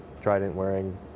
Trident-wearing